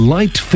Light